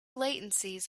latencies